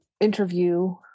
interview